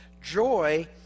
joy